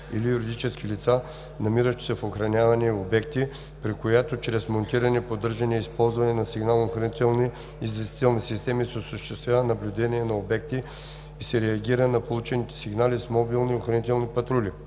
или юридически лица, намиращо се в охранявани обекти, при която чрез монтиране, поддържане и използване на сигнално-охранителни известителни системи се осъществява наблюдение на обектите и се реагира на получените сигнали с мобилни охранителни патрули.